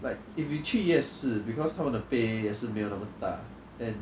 like if you 夜市 because 他们的杯也是没有那么大 then